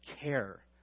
care